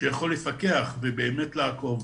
שיכול לפקח ובאמת לעקוב